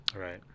right